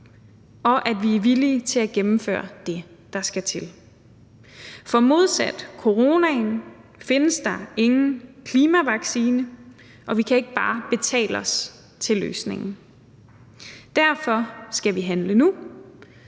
og at vi er villige til at gennemføre det, der skal til. For modsat coronaen findes der ingen klimavaccine, og vi kan ikke bare betale os til løsningen. Derfor skal vi handle nu,